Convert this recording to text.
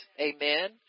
amen